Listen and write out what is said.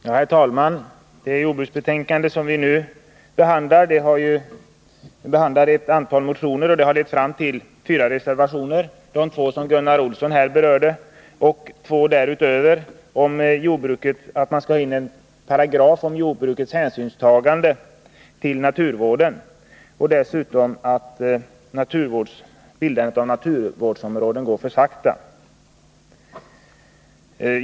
Herr talman! I det jordbruksutskottets betänkande som vi nu diskuterar behandlas ett antal motioner. Behandlingen har lett fram till fyra reservationer — de två som Gunnar Olsson berörde och två därutöver om jordbruket, som innebär att man dels i lagstiftningen vill ha en paragraf om jordbrukets hänsynstagande till naturvården, dels anser att bildandet av naturvårdsområden går för sakta.